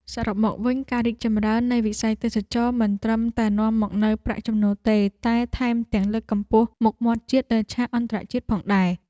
សរុបមកវិញ ការរីកចម្រើននៃវិស័យទេសចរណ៍មិនត្រឹមតែនាំមកនូវប្រាក់ចំណូលទេ តែថែមទាំងលើកកម្ពស់មុខមាត់ជាតិលើឆាកអន្តរជាតិផងដែរ។